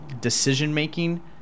decision-making